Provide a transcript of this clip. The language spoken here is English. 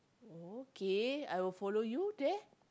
okay I will follow you there